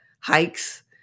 hikes